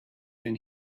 than